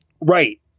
Right